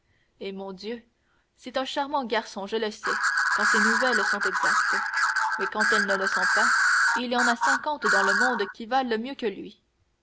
eh mon dieu c'est un charmant garçon je le sais quand ses nouvelles sont exactes mais quand elles ne le sont pas il y en a cinquante dans le monde qui valent mieux que lui